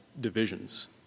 divisions